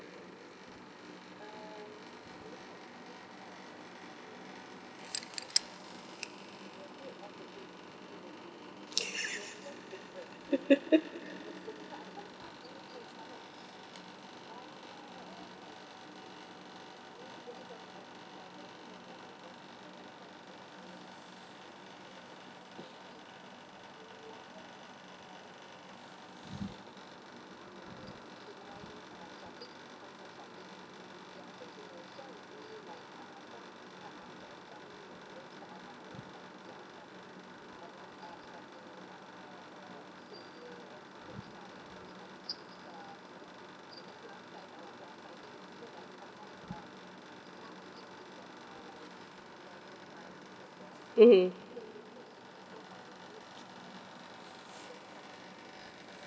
mmhmm